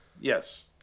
Yes